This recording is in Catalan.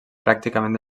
pràcticament